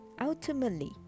Ultimately